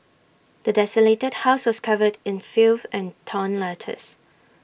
the desolated house was covered in filth and torn letters